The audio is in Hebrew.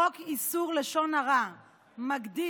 חוק איסור לשון הרע מגדיר